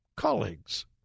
colleagues